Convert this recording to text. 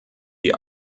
die